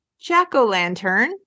jack-o'-lantern